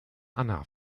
anna